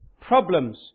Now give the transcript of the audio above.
problems